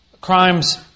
crimes